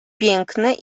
piękny